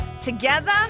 together